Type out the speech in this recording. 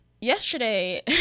yesterday